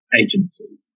agencies